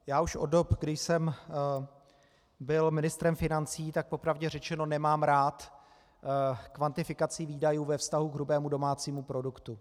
Já už od dob, kdy jsem byl ministrem financí, tak po pravdě řečeno nemám rád kvantifikaci výdajů ve vztahu k hrubému domácímu produktu.